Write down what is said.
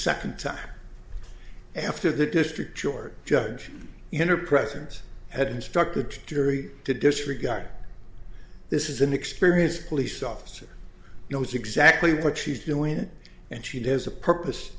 second time after the district joerg judge in her presence had instructed jury to disregard it this is an experienced police officer knows exactly what she's doing and she has a purpose